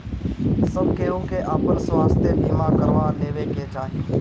सब केहू के आपन स्वास्थ्य बीमा करवा लेवे के चाही